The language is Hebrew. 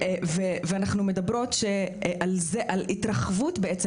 ואנחנו מדברות על זה, על התרחבות בעצם.